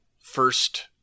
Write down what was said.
first